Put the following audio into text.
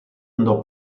andò